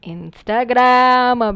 Instagram